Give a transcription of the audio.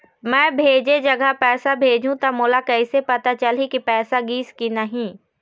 मैं भेजे जगह पैसा भेजहूं त मोला कैसे पता चलही की पैसा गिस कि नहीं?